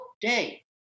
day